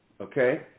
Okay